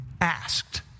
asked